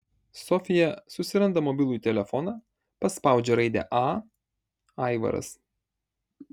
sofija susiranda mobilųjį telefoną paspaudžia raidę a aivaras